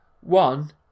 One